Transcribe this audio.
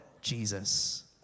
Jesus